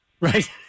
Right